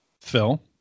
phil